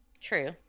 true